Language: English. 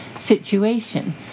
situation